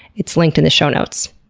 it's linked in the show notes,